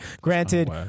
Granted